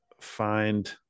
find